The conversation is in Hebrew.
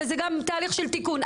אבל זה גם תהליך של תיקון,